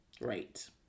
Right